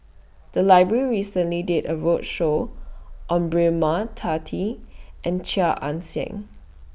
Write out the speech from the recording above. The Library recently did A roadshow on Braema and Chia Ann Siang